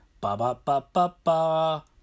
ba-ba-ba-ba-ba